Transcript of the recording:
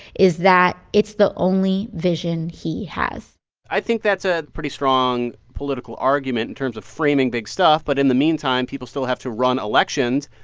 is that it's the only vision he has i think that's a pretty strong political argument in terms of framing big stuff. but in the meantime, people still have to run elections.